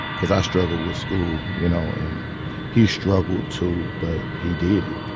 cause i struggled with school, you know. and he struggled, too, but he did it,